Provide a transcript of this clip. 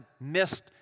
missed